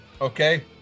okay